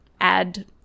add